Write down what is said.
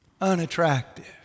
unattractive